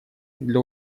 для